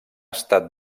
estat